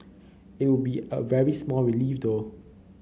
it would be a very small relief though